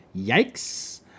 Yikes